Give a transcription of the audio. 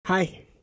Hi